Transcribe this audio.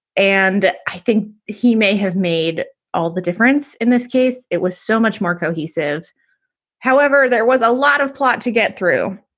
and i think he may have made all the difference in this case. it was so much more cohesive however, there was a lot of plot to get. true.